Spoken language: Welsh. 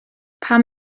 pam